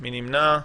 מי נמנע?